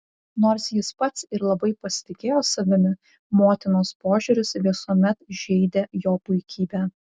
nors jis pats ir labai pasitikėjo savimi motinos požiūris visuomet žeidė jo puikybę